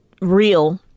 real